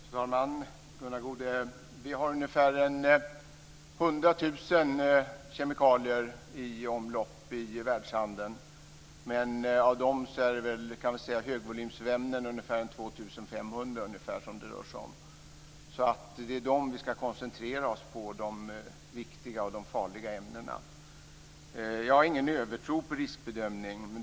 Fru talman! Gunnar Goude, vi har ungefär 100 000 kemikalier i omlopp i världshandeln. Av dem är ungefär 2 500 högvolymsämnen. Det är de här viktiga och farliga ämnena som vi ska koncentrera oss på. Jag har ingen övertro på detta med riskbedömning.